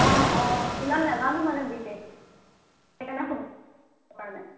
অঁ অঁ ইমান নোজানো মানে বিশেষ সেইকাৰণে সেইটোকাৰণে